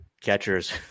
catchers